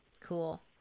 Cool